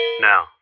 now